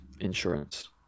insurance